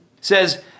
says